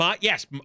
Yes